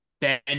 Ben